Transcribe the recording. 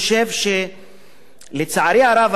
אני חושב שלצערי הרב,